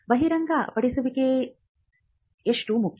ಬಹಿರಂಗಪಡಿಸುವುದು ಎಷ್ಟು ಮುಖ್ಯ